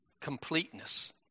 completeness